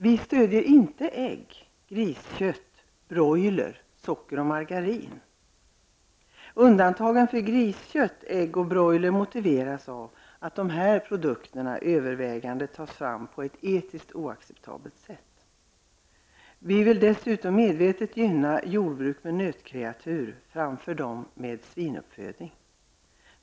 Vi stöder inte ägg, griskött, broiler, socker och margarin. Undantagen för griskött, ägg och broiler motiveras med att dessa produkter övervägande tas fram på ett etiskt oacceptabelt sätt. Vi vill dessutom medvetet gynna jordbruk med nötkreatur framför jordbruk med svinuppfödning.